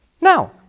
Now